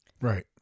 right